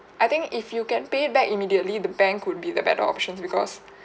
I think if you can pay it back immediately the bank would be the better options because